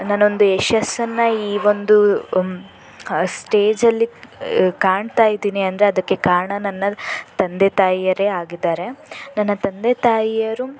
ನಾನೊಂದು ಯಶಸ್ಸನ್ನು ಈ ಒಂದು ಸ್ಟೇಜಲ್ಲಿ ಕಾಣ್ತಾ ಇದೀನಿ ಅಂದರೆ ಅದಕ್ಕೆ ಕಾರಣ ನನ್ನ ತಂದೆ ತಾಯಿಯರೇ ಆಗಿದ್ದಾರೆ ನನ್ನ ತಂದೆ ತಾಯಿಯರು